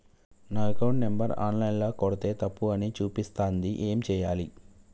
నా account number online ల కొడ్తే తప్పు అని చూపిస్తాంది ఏం చేయాలి?